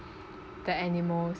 the animals